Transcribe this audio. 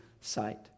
sight